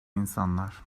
insanlar